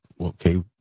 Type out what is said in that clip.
okay